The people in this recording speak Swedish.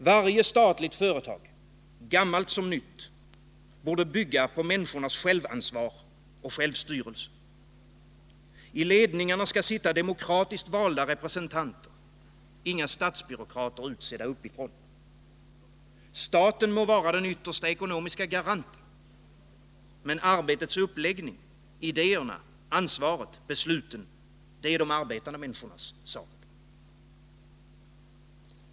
Varje statligt företag, gammalt som nytt, borde bygga på människornas självansvar och självstyrelse. I ledningarna skall sitta demokratiskt valda representanter, inga statsbyråkrater utsedda uppifrån. Staten må vara den yttersta ekonomiska garanten. Men arbetets uppläggning, idéerna, ansvaret, besluten — det är de arbetande människornas sak.